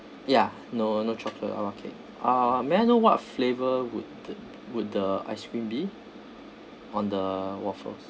ya no no chocolate lava cake uh may I know what flavour would the would the ice cream be on the waffles